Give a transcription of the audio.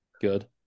good